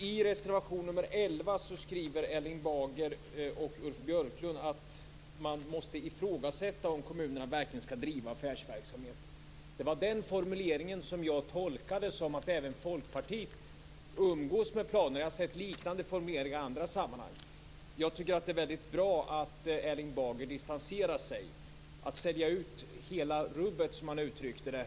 I reservation nr 11 skriver Erling Bager och Ulf Björklund att man måste ifrågasätta om kommunerna verkligen skall driva affärsverksamhet. Det var den formuleringen som jag tolkade som att även Folkpartiet umgås med sådana planer. Jag har sett liknande formuleringar i andra sammanhang. Jag tycker att det är väldigt bra att Erling Bager distanserar sig när det gäller detta med att sälja ut hela rubbet, som han uttryckte det.